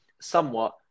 somewhat